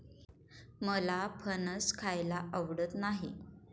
मला फणस खायला आवडत नाही